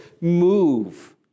move